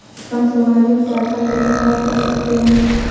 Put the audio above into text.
हम सामाजिक सहायता कैसे प्राप्त कर सकते हैं?